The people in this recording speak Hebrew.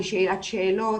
זה שאלת שאלות,